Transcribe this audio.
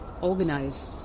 Organize